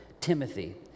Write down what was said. Timothy